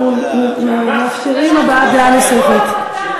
אנחנו מאפשרים הבעת דעה נוספת.